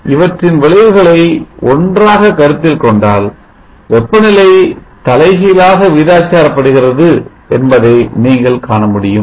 இவற்றின் இவற்றின் விளைவுகளை ஒன்றாக கருத்தில் கொண்டால் வெப்பநிலை தலைகீழாக விகிதாச்சாரப் படுகிறது என்பதை நீங்கள் காணமுடியும்